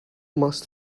must